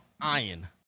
Iron